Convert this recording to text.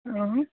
অঁ